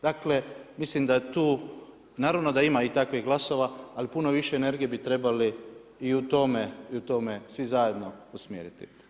Dakle, mislim da tu naravno da ima i takvih glasova ali puno više energije bi trebali i u time svi zajedno usmjeriti.